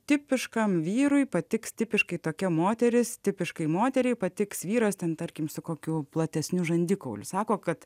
tipiškam vyrui patiks tipiškai tokia moteris tipiškai moteriai patiks vyras ten tarkim su kokiu platesniu žandikauliu sako kad